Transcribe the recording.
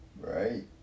Right